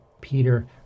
Peter